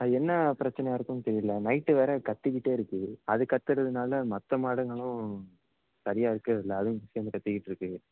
அது என்னப் பிரச்சினையா இருக்குன்னு தெரியல நைட்டு வேறு கற்றிக்கிட்டே இருக்குது அது கற்றுறதுனால மற்ற மாடுங்களும் சரியாக இருக்கிறதில்ல அதுவும் சேர்ந்து கற்றிக்கிட்ருக்கு